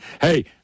Hey